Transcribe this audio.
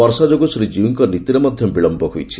ବର୍ଷା ଯୋଗୁଁ ଶ୍ରୀଜୀଉଙ୍କ ନୀତିରେ ମଧ ବିଳମ୍ୟ ହୋଇଛି